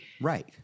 right